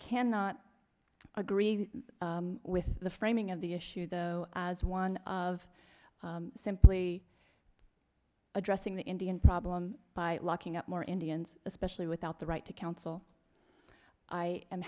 cannot agree with the framing of the issue though as one of simply addressing the indian problem by locking up more indians especially without the right to counsel i am